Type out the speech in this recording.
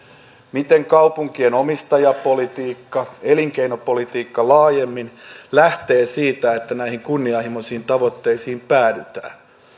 miten kaupunkien omistajapolitiikka elinkeinopolitiikka laajemmin lähtee siitä että näihin kunnianhimoisiin tavoitteisiin päädytään